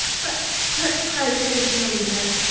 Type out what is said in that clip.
but but cried teddy, starting back,